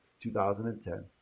2010